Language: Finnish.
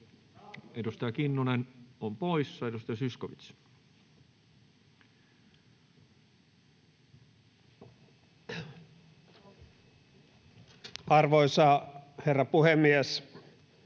Edustaja Salonen poissa. — Edustaja Hoskonen. Arvoisa herra puhemies!